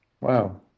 wow